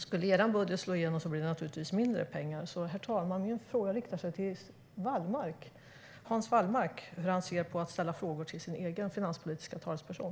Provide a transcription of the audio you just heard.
Skulle er budget slå igenom blir det naturligtvis mindre pengar. Herr talman! Min fråga är alltså riktad till Hans Wallmark. Hur ser han på att ställa frågor till sin egen finanspolitiska talesperson?